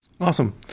Awesome